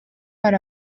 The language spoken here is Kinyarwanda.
hari